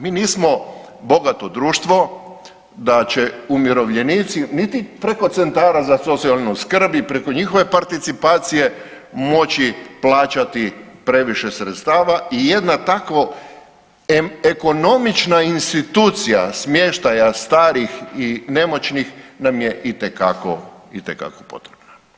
Mi nismo bogato društvo da će umirovljenici, niti preko centara za socijalnu skrb i preko njihove participacije moći plaćati previše sredstava i jedna tako ekonomična institucija smještaja starih i nemoćnih nam je itekako, itekako potrebna.